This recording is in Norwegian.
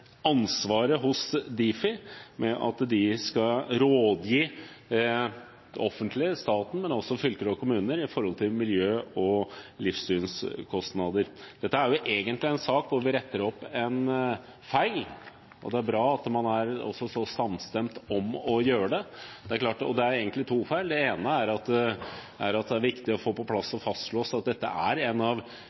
ansvaret hos Difi med tanke på å rådgi det offentlige – staten, men også fylker og kommuner – når det gjelder miljø- og livssykluskostnader. Dette er egentlig en sak hvor vi retter opp en feil, og det er bra at man er så samstemt om å gjøre det. Og det er egentlig to feil. For det første er det viktig å få på plass og fastslå at dette er en av